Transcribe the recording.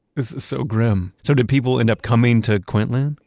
is so grim. so did people end up coming to quintland?